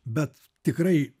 bet tikrai